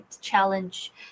challenge